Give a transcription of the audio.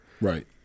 Right